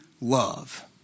love